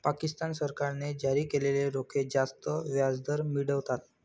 पाकिस्तान सरकारने जारी केलेले रोखे जास्त व्याजदर मिळवतात